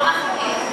בוא נחכה.